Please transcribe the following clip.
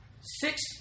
Six